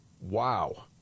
Wow